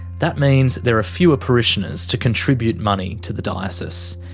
that means there are fewer parishioners to contribute money to the diocese.